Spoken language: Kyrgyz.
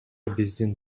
биздин